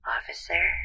Officer